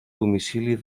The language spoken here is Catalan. domicili